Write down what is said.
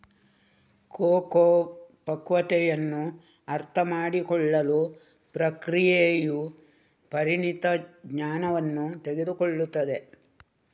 cocoa ಪಕ್ವತೆಯನ್ನು ಅರ್ಥಮಾಡಿಕೊಳ್ಳಲು ಪ್ರಕ್ರಿಯೆಯು ಪರಿಣಿತ ಜ್ಞಾನವನ್ನು ತೆಗೆದುಕೊಳ್ಳುತ್ತದೆ